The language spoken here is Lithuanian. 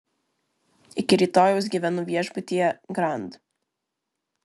iki rytojaus gyvenu viešbutyje grand